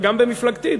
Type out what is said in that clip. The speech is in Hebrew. וגם במפלגתי,